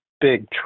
big